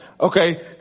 Okay